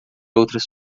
outras